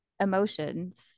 emotions